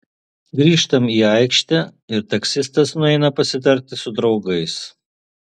grįžtam į aikštę ir taksistas nueina pasitarti su draugais